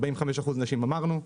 45% נשים אמרנו.